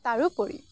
তাৰোপৰি